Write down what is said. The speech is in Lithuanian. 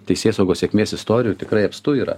teisėsaugos sėkmės istorijų tikrai apstu yra